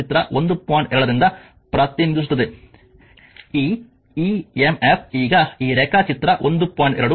2 ನಿಂದ ಪ್ರತಿನಿಧಿಸುತ್ತದೆ ಈ emf ಈಗ ಈ ರೇಖಾಚಿತ್ರ 1